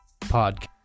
podcast